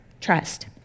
trust